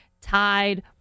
Tide